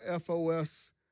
FOS